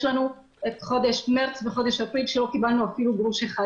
לנו את חודש מרץ וחודש אפריל שלא קיבלנו אפילו גרוש אחד.